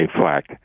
flag